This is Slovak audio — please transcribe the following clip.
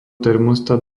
termostat